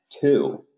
two